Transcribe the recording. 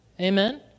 Amen